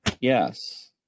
Yes